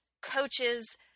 coaches